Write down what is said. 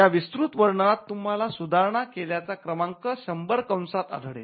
या विस्तृत वर्णनात तुम्हाला सुधारणा केल्याचा क्रमानं १०० कंसात आढळेल